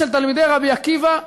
של תלמידי רבי עקיבא,